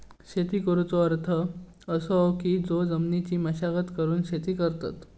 शेती करुचो अर्थ असो की जो जमिनीची मशागत करून शेती करतत